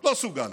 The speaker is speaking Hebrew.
לא סוג א'.